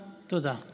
תודה.